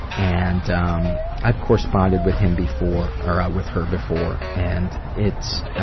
and um i've corresponded with him before er, with her before and its,